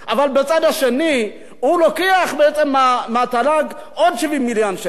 אבל בצד השני הוא לוקח בעצם מהתל"ג עוד 70 מיליון שקל.